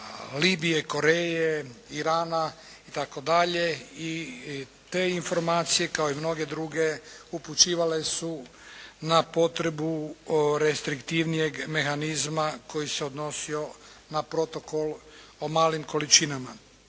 Libije, Koreje, Irana itd. i te informacije kao i mnoge druge upućivale su na potrebu restriktivnijeg mehanizma koji se odnosio na protokol o malim količinama.